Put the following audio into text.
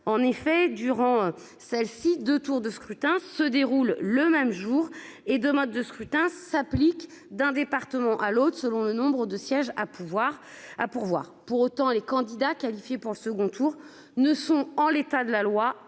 en effet durant celle-ci de tours de scrutin se déroule le même jour et de mode de scrutin s'applique d'un département à l'autre selon le nombre de sièges à pourvoir à pourvoir pour autant les candidats qualifiés pour le second tour ne sont en l'état de la loi